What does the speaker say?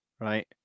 right